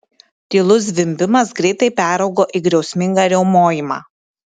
tylus zvimbimas greitai peraugo į griausmingą riaumojimą